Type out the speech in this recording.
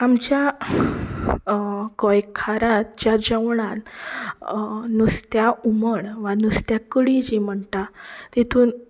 आमच्या गोंयकाराच्या जेवणांत नुस्त्या हुमण वा नुस्त्या कडी जी म्हणटा तितून